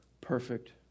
perfect